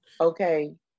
Okay